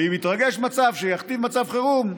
ואם יתרגש מצב שיכתיב מצב חירום,